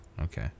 Okay